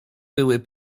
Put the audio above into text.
były